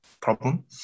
problem